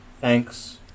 Thanks